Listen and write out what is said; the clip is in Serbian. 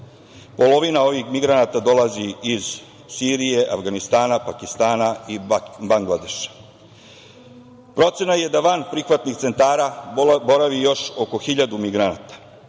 Polovina ovih migranata dolazi iz Sirije, Avganistana i Bangladeša. Procena je da van prihvatnih centara boravi još oko hiljadu migranata. Moram